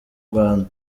rwanda